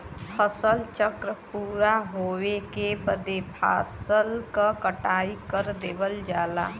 फसल चक्र पूरा होवे के बाद फसल क कटाई कर देवल जाला